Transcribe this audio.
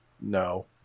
No